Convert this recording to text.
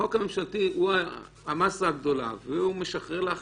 החוק הממשלתי הוא המסה הגדולה והוא משחרר לך